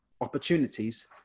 opportunities